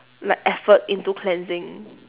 like effort into cleansing